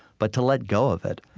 but to let go of it.